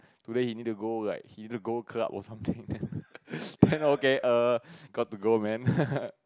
today he need to go like he need to go club or something then okay err got to go man